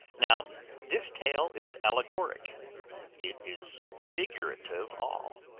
now this tale is allegoric it is figurative all,